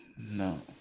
no